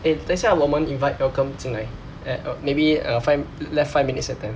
eh 等一下我们 invite malcolm 进来 at uh maybe uh left uh five minutes later